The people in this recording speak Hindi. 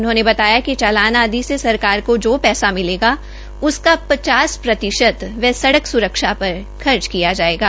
उन्होंने बताया कि चलान आदि से सरकार को जो पैसा मिलेगा उसका पचास प्रतिशत वह सड़क सुरक्षा पर खर्च किया जायेगा